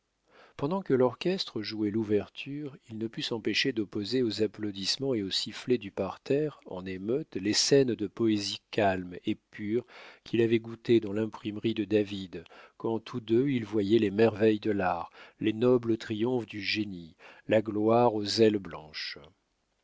pendant que l'orchestre jouait l'ouverture il ne put s'empêcher d'opposer aux applaudissements et aux sifflets du parterre en émeute les scènes de poésie calme et pure qu'il avait goûtées dans l'imprimerie de david quand tous deux ils voyaient les merveilles de l'art les nobles triomphes du génie la gloire aux ailes blanches